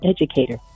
educator